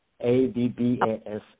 A-B-B-A-S